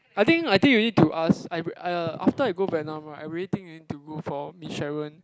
I think I think you need to ask uh uh after I go Vietnam right I really think you need to go for Miss Sharon